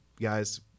guys